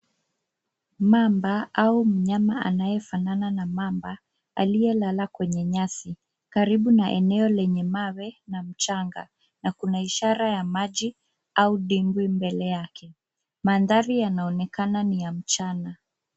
Mamba au mnyama anayefanana na mamba aliyelala kwenye nyasi karibu na eneo lenye mawe na mchanga na kuna ishara ya maji au dimbwi mbele yake. Mandhari yanaonekana ni ya mchana.